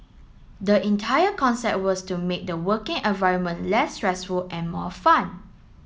the entire concept was to make the working environment less stressful and more fun